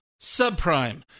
Subprime